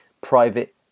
Private